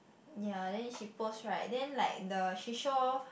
ya than she post right then like the she show